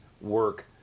work